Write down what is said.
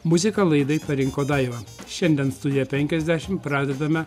muziką laidai parinko daiva šiandien studiją penkiasdešimt pradedame